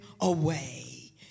away